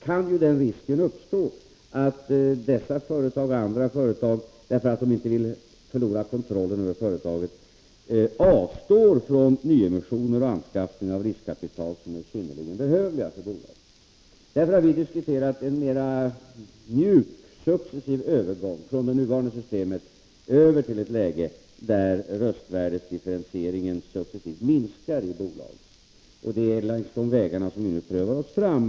Den risken kan uppstå att sådana företag — och även andra företag — därför att de inte vill förlora kontrollen över företaget avstår från nyemission och anskaffning av riskkapital som är synnerligen behövligt för deras verksamhet. Därför har vi diskuterat en mera mjuk övergång från det nuvarande systemet till en ordning där röstvärdesdifferentieringen successivt minskar i bolagen. Det är längs de vägarna vi nu prövar oss fram.